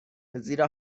زیرا